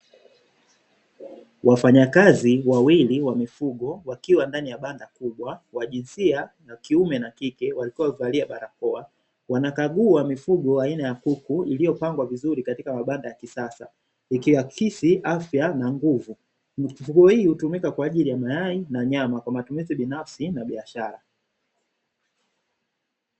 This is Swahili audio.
Wafanyakazi wawili wa mifugo wakiwa ndani ya banda kubwa (wa jinsia ya kiume na kike), wakiwa wamevalia barakoa; wanakagua mifugo aina ya kuku iliyopangwa vizuri katika mabanda ya kisasa, ikiakisi afya na nguvu. Mifugo hii hutumika kwa ajili ya mayai na nyama kwa matumizi binafsi na biashara.